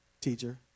teacher